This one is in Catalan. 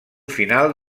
final